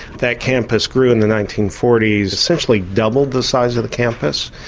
that campus grew in the nineteen forty s, essentially doubled the size of the campus.